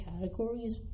categories